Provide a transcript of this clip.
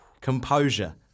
composure